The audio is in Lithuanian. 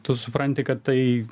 tu supranti kad tai